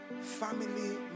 family